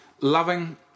loving